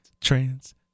Trans